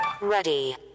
ready